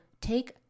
take